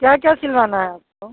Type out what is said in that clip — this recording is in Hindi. क्या क्या सिलवाना है आपको